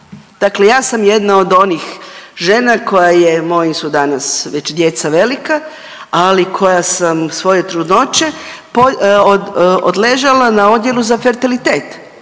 Dakle ja sam jedna od onih žena koja je, moji su danas već djeca velika, ali koja sam svoje trudnoće odležala na odjelu za fertilitet